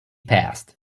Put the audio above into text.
passed